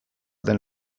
den